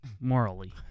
Morally